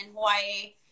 Hawaii